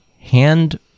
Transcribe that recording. hand